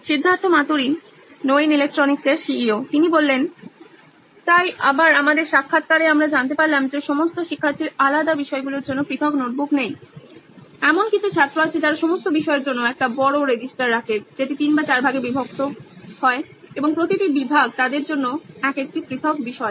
Siddharth Maturi CEO নইন Electronics তাই আবার আমাদের সাক্ষাৎকারে আমরা জানতে পারলাম যে সমস্ত শিক্ষার্থীর আলাদা বিষয়গুলির জন্য পৃথক নোটবুক নেই এমন কিছু ছাত্র আছে যারা সমস্ত বিষয়ের জন্য একটি বড় রেজিস্টার রাখে যেটি 3 বা 4 বিভাগে বিভক্ত হয় এবং প্রতিটি বিভাগ তাদের জন্য এক একটি পৃথক বিষয়